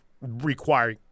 require